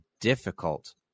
difficult